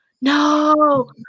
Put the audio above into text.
no